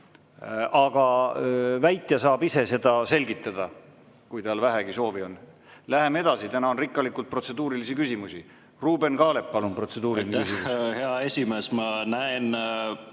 Aga väitja saab ise seda selgitada, kui tal vähegi soovi on. Läheme edasi, täna on rikkalikult protseduurilisi küsimusi. Ruuben Kaalep, palun, protseduuriline küsimus! Mina ei tea, kas teie